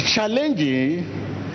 Challenging